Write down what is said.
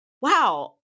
wow